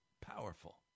powerful